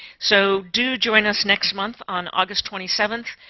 so do join us next month on august twenty seventh.